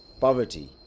poverty